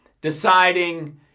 deciding